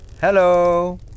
Hello